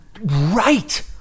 Right